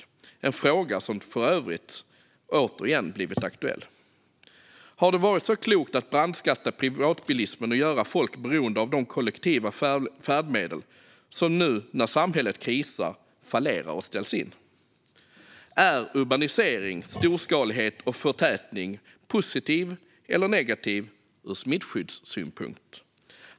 Det är en fråga som för övrigt återigen blivit aktuell. Har det varit så klokt att brandskatta privatbilismen och göra folk beroende av de kollektiva färdmedel som nu, när samhället krisar, fallerar och ställs in? Är urbanisering, storskalighet och förtätning positivt eller negativt ur smittskyddssynpunkt?